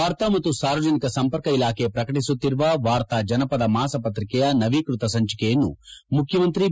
ವಾರ್ತಾ ಮತ್ತು ಸಾರ್ವಜನಿಕ ಸಂಪರ್ಕ ಇಲಾಖೆ ಪ್ರಕಟಿಸುತ್ತಿರುವ ವಾರ್ತಾ ಜನಪದ ಮಾಸಪತ್ರಿಕೆಯ ನವೀಕೃತ ಸಂಚಿಕೆಯನ್ನು ಮುಖ್ಯಮಂತ್ರಿ ಬಿ